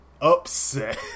upset